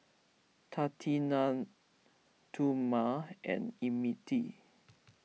Tatianna Thurman and Emmitt